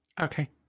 okay